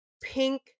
pink